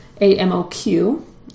A-M-O-Q